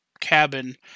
cabin